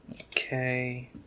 Okay